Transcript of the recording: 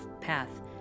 path